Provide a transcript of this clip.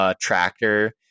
tractor